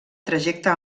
trajecte